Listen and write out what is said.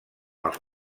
els